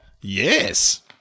Yes